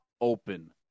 open